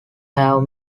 have